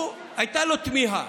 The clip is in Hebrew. הייתה לו תמיהה.